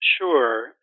Sure